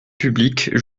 publique